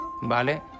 ¿Vale